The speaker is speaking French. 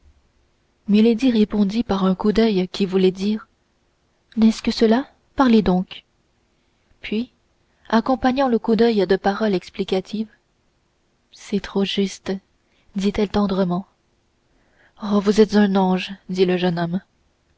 répondit par un coup d'oeil qui voulait dire n'est-ce que cela parlez donc puis accompagnant le coup d'oeil de paroles explicatives c'est trop juste dit-elle tendrement oh vous êtes un ange dit le jeune homme